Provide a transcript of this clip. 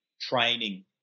training